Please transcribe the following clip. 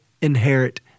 inherit